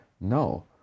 No